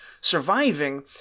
surviving